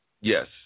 Yes